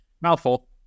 mouthful